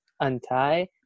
untie